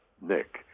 Nick